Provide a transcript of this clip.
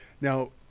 Now